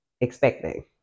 expecting